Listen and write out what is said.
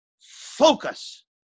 focus